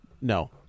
no